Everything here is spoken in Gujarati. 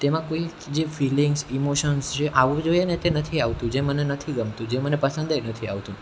તેમાં કોઈક જે ફિલિંગ્સ ઇમોસન્સ જે આવવું જોઈએ ને તે નથી આવતું જે મને નથી ગમતું જે મને પસંદેય નથી આવતું